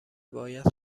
باید